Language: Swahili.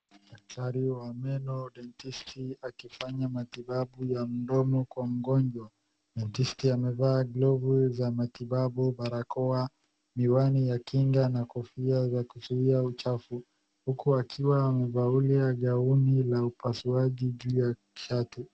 Daktari wa meno dentist akifanya matibabu ya mdomo kwa mgonjwa. dentist amevaa glovu za matibabu, barakoa, miwani ya kinga na kofia ya kuzuia uchafu, huku akiwa amevaulia ngauni la upasuaji juu ya shati.